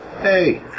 hey